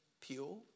pure